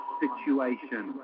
situation